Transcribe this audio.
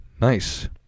Nice